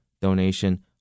donation